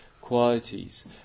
qualities